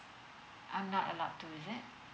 I'm not allowed to is it